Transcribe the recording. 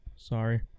Sorry